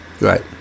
Right